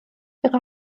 ihre